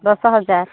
ଦଶ ହଜାର